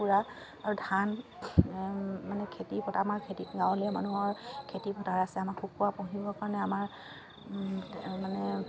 কুকুৰা আৰু ধান মানে খেতিপথাৰ আমাৰ খেতিত গাঁৱলীয়া মানুহৰ খেতিপথাৰ আছে আমাৰ কুকুৰা পুহিবৰ কাৰণে আমাৰ মানে